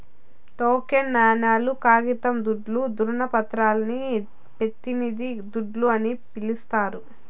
token నాణేలు, కాగితం దుడ్డు, దృవపత్రాలని పెతినిది దుడ్డు అని పిలిస్తారు